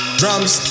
drums